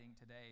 today